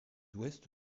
ouest